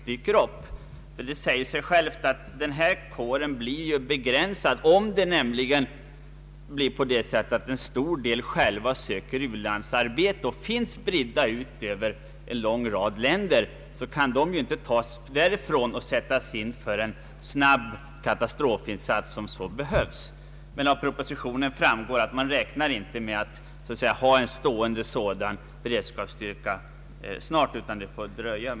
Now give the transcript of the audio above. Det säger sig självt att en kår blir begränsad för katastrofinsatser om många söker u-landsarbete. Om de utbildade är spridda över en lång rad länder kan de inte hämtas därifrån och sättas in för en snabb katastrofinsats när så behövs. Av propositionen framgår att man inte heller räknar med att ha en sådan stående beredskapsstyrka snart utan att det får dröja.